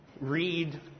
read